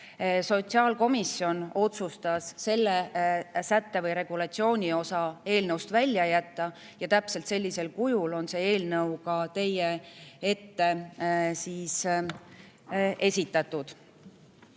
Sotsiaalkomisjon otsustas selle sätte või regulatsiooni osa eelnõust välja jätta ja täpselt sellisel kujul on see eelnõu teile esitatud.